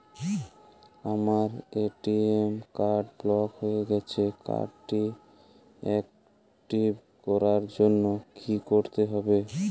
আমার ATM card block হয়ে গেছে কার্ড টি একটিভ করার জন্যে কি করতে হবে?